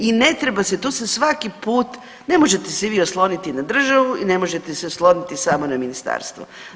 I ne treba se tu se svaki put, ne možete se vi osloniti na državu i ne možete se osloniti samo na ministarstvo.